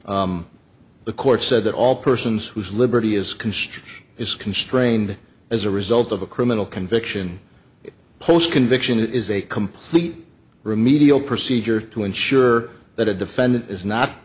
a the court said that all persons whose liberty is construction is constrained as a result of a criminal conviction post conviction is a complete remedial procedure to ensure that a defendant is not